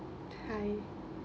hi